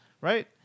right